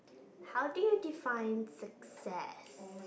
how do you define success